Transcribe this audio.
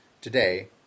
today